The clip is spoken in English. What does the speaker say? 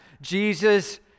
Jesus